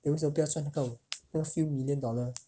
then 为什么不要赚到 few million dollar